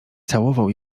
całował